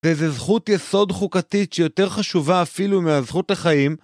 ואיזה זכות יסוד חוקתית שיותר חשובה אפילו מהזכות לחיים